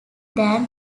than